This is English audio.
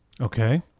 Okay